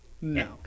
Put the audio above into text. No